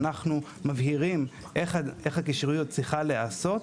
אנחנו מבהירים את הקישוריות צריכה להיעשות.